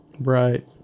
Right